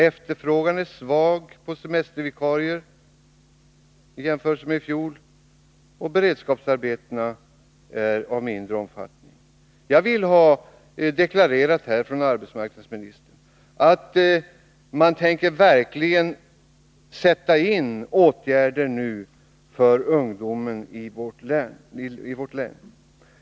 Efterfrågan är svag på semestervikarier i jämförelse med situationen i fjol, och beredskapsarbetena är av mindre omfattning. Jag vill att arbetsmarknadsministern här deklarerar att man verkligen tänker sätta in åtgärder mot ungdomsarbetslösheten i vårt län.